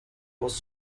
was